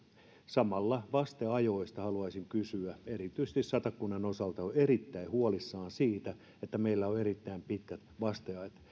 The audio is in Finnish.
samalla vasteajoista haluaisin kysyä erityisesti satakunnan osalta olen erittäin huolissani siitä että meillä on erittäin pitkät vasteajat